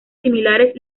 similares